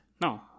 No